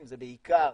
זה בעיקר